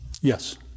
Yes